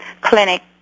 Clinic